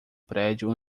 prédio